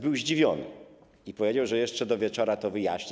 Był zdziwiony i powiedział, że jeszcze do wieczora to wyjaśni.